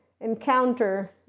encounter